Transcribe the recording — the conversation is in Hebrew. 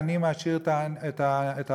העני מעשיר את העשיר.